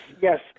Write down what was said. Yes